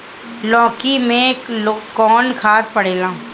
लौकी में कौन खाद पड़ेला?